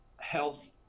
health